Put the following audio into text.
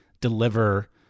deliver